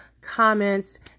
comments